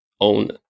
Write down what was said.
own